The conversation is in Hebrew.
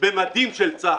במדים של צה"ל.